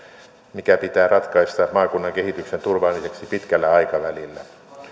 mikä pitää ratkaista maakunnan kehityksen turvaamiseksi pitkällä aikavälillä